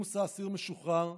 מוסא, אסיר משוחרר,